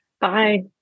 bye